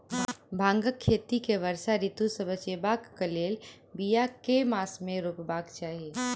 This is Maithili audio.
भांगक खेती केँ वर्षा ऋतु सऽ बचेबाक कऽ लेल, बिया केँ मास मे रोपबाक चाहि?